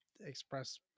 express